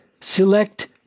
Select